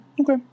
Okay